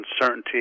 uncertainty